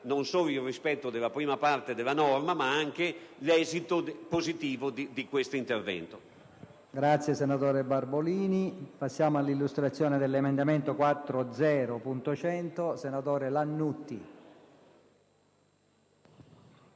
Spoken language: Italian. non solo il rispetto della prima parte della norma, ma anche l'esito positivo di questo intervento.